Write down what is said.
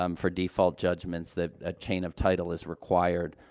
um for default judgments that a chain of title is required.